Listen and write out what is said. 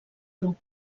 grup